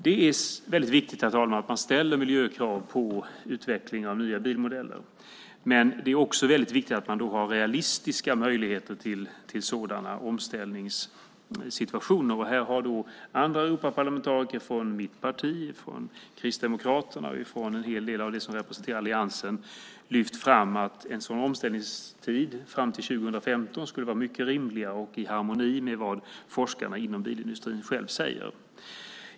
Det är viktigt, herr talman, att man ställer miljökrav på utveckling av nya bilmodeller. Men det är också viktigt att man har realistiska möjligheter till sådana omställningssituationer. Här har Europaparlamentariker från mitt parti, från Kristdemokraterna och från en hel del av dem som representerar alliansen lyft fram att en omställningstid fram till 2015 skulle vara rimligare och i harmoni med vad forskarna inom bilindustrin säger.